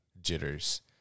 jitters